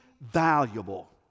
Valuable